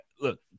look